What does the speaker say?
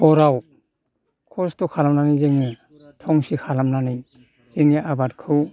हराव खस्त' खालामनानै जोङो थंसे खालामनानै जोंनि आबादखौ